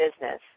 business